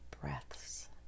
breaths